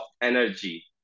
energy